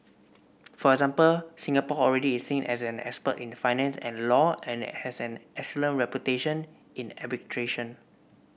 for example Singapore already is seen as an expert in finance and law and has an excellent reputation in arbitration